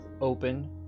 open